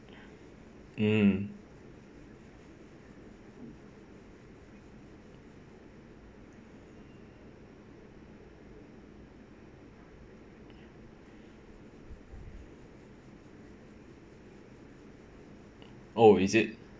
mm oh is it